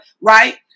right